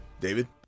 David